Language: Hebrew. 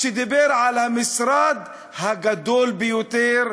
דיבר על המשרד הגדול ביותר,